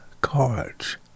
cards